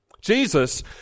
Jesus